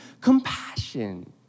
compassion